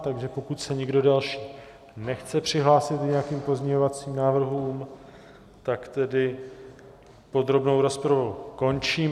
Takže pokud se nikdo další nechce přihlásit k nějakým pozměňovacím návrhům, tak tedy podrobnou rozpravu končím.